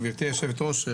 גברתי היושבת-ראש,